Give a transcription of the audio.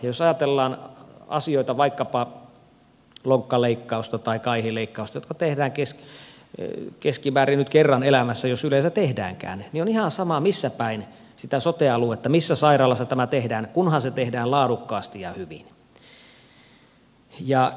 jos ajatellaan asioita vaikkapa lonkkaleikkausta tai kaihileikkausta jotka tehdään keskimäärin nyt kerran elämässä jos yleensä tehdäänkään niin on ihan sama missäpäin sitä sote aluetta missä sairaalassa tämä tehdään kunhan se tehdään laadukkaasti ja hyvin